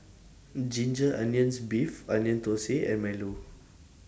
Ginger Onions Beef Onion Thosai and Milo